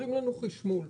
אומרים לנו: חשמול.